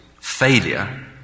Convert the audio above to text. failure